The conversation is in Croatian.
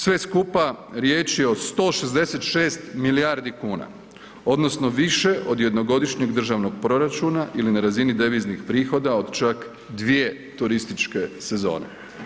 Sve skupa riječ je o 166 milijardi kuna odnosno više od jednogodišnjeg državnog proračuna ili na razini deviznih prihoda od čak dvije turističke sezone.